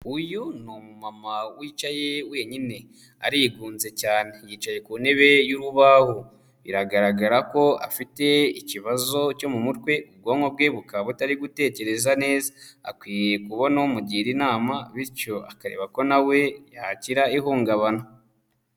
Uyu ni umumama wicaye wenyine arigunze cyane, yicaye ku ntebe y'urubaho, biragaragara ko afite ikibazo cyo mu mutwe ubwonko bwe bukaba butari gutekereza neza, akwiye kubona umugira inama bityo akareba ko na we yakira ihungabana.